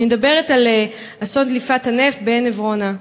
אני מדברת על אסון דליפת הנפט בעין-עברונה.